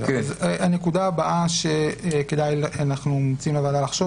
הנקודה הבאה שאנחנו מציעים לוועדה לחשוב